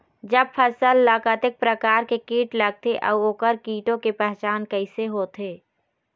जब फसल ला कतेक प्रकार के कीट लगथे अऊ ओकर कीटों के पहचान कैसे होथे?